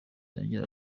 yanjye